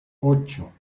ocho